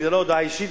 זאת לא הודעה אישית,